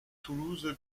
toulouse